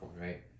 right